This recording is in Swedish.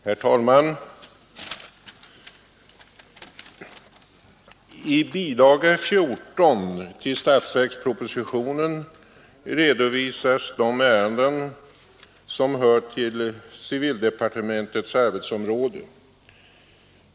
Herr talman! I bilaga 14 till statsverkspropositionen redovisas de ärenden som hör till civildepartementets arbetsområde.